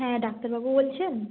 হ্যাঁ ডাক্তারবাবু বলছেন